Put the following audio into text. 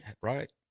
right